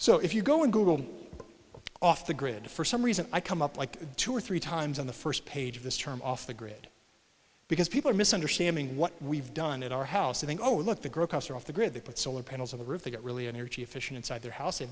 so if you go and google off the grid for some reason i come up like two or three times on the first page of this term off the grid because people are misunderstanding what we've done in our house i think oh i look the grocer off the grid they put solar panels on the roof they get really energy efficient inside their house